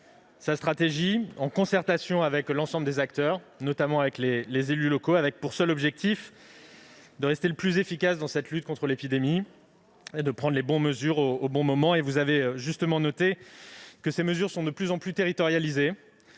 sa stratégie en concertation avec l'ensemble des acteurs, notamment les élus locaux, avec pour seul objectif de rester le plus efficace dans cette lutte contre l'épidémie et de prendre les bonnes dispositions au bon moment. Vous avez justement noté que ces mesures sont de plus en plus territorialisées,